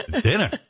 dinner